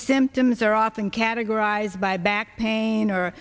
symptoms are often categorized by back pain or